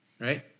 right